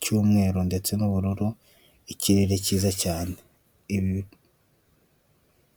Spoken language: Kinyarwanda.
cy'umweru ndetse n'ubururu, ikirere cyiza cyane.